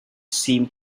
seemed